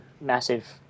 massive